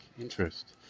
Interest